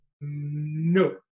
No